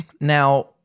Now